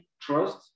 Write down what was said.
trust